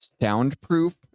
soundproof